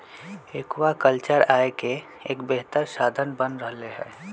aquaculture आय के एक बेहतर साधन बन रहले है